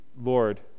Lord